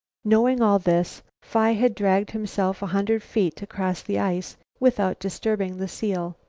knowing all this, phi had dragged himself a hundred feet across the ice, without disturbing the seal.